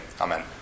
Amen